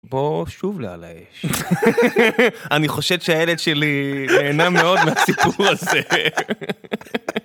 בואו שוב לעל האש. אני חושד שהילד שלי נהנה מאוד מהסיפור הזה.